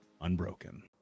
unbroken